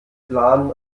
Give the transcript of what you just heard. plan